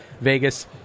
Vegas